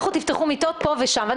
לכן